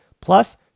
Plus